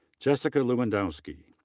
jessica lewandowski.